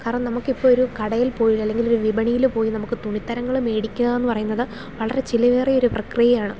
കാരണം നമുക്ക് ഇപ്പം ഒരു കടയിൽ പോയി അല്ലെങ്കിൽ ഒരു വിപണിയിൽ പോയി നമുക്ക് തുണിത്തരങ്ങൾ മേടിക്കുക എന്നു പറയുന്നത് വളരെ ചിലവേറിയ ഒരു പ്രക്രിയ ആണ്